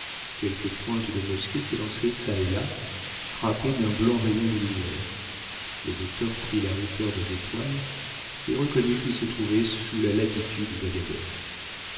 quelques pointes de mosquées s'élançaient çà et là frappées d'un blanc rayon de lumière le docteur prit la hauteur des étoiles et reconnut qu'il se trouvait sous la latitude d'aghadés